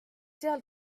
seal